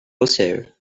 also